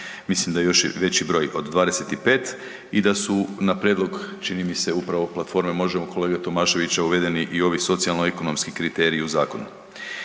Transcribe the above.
mislim da je i veći broj od 25 i da su na prijedlog čini mi se upravo platforme „Možemo“ kolege Tomaševića uvedeni i ovi socijalno ekonomski kriteriji u zakonu.